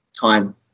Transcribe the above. time